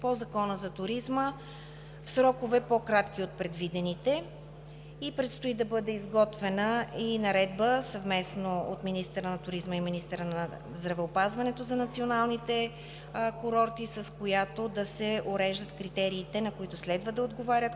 по Закона за туризма в срокове, по-кратки от предвидените. Предстои да бъде изготвена и наредба съвместно от министъра на туризма и министъра на здравеопазването за националните курорти, с която да се уреждат критериите, на които следва да отговарят